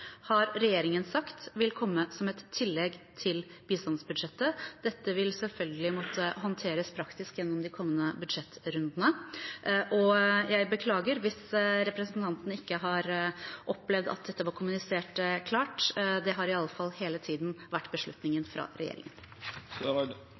har regjeringen sagt vil komme som et tillegg til bistandsbudsjettet. Dette vil selvfølgelig måtte håndteres praktisk gjennom de kommende budsjettrundene, og jeg beklager hvis representanten ikke har opplevd at dette var kommunisert klart. Det har iallfall hele tiden vært beslutningen fra regjeringen. Jeg tror noe av det